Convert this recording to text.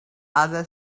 other